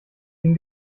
den